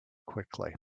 quickly